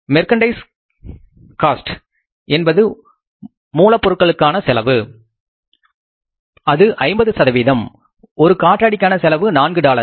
merchandise cost என்பது மூலப்பொருட்களுக்கான செலவு அது 50 ஒரு காற்றாடிகாண செலவு நான்கு டாலர்கள்